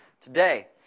today